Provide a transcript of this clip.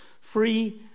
free